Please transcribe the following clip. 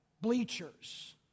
bleachers